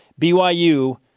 BYU